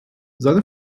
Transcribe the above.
seine